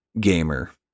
gamer